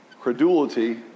credulity